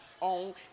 on